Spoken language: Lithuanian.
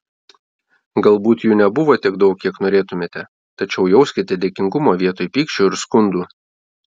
galbūt jų nebuvo tiek daug kiek norėtumėte tačiau jauskite dėkingumą vietoj pykčio ir skundų